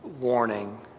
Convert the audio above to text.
warning